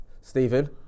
Stephen